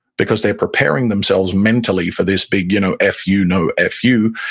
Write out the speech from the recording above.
because they're preparing themselves mentally for this big you know f you! no, f you!